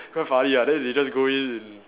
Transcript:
quite funny ah then they just go in